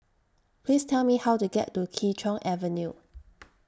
Please Tell Me How to get to Kee Choe Avenue